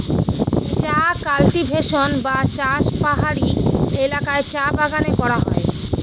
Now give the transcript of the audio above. চা কাল্টিভেশন বা চাষ পাহাড়ি এলাকায় চা বাগানে করা হয়